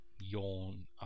yawn